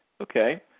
Okay